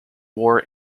war